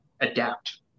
adapt